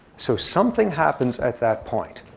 so something happens at that point,